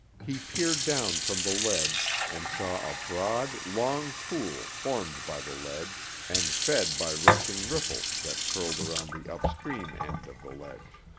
he peered down from the ledge and saw a broad, long pool formed by the ledge and fed by rushing riffles that curled around the upstream end of the ledge.